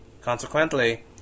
Consequently